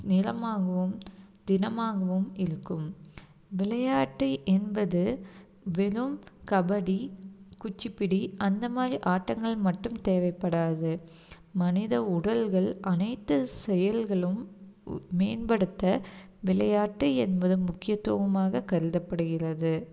நிலமாகவும் திடமாகவும் இருக்கும் விளையாட்டு என்பது வெறும் கபடி குச்சுப்பிடி அந்த மாதிரி ஆட்டங்கள் மட்டும் தேவைப்படாது மனித உடல்கள் அனைத்து செயல்களும் மேம்படுத்த விளையாட்டு என்பதும் முக்கியத்துவமாக கருதப்படுகிறது